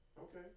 Okay